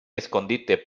escondite